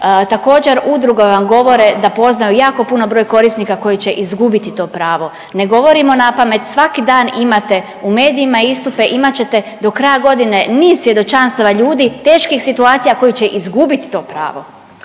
Također udruge vam govore da poznaju jako puno broj korisnika koji će izgubiti to pravo. Ne govorimo napamet. Svaki dan imate u medijima istupe, imat ćete do kraja godine niz svjedočanstava ljudi, teških situacija koji će izgubiti to pravo.